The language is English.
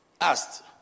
asked